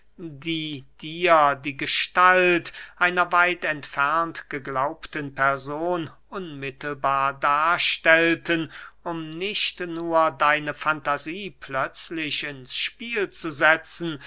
die dir die gestalt einer weit entfernt geglaubten person unmittelbar darstellten um nicht nur deine fantasie plötzlich ins spiel zu setzen